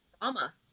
drama